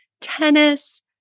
tennis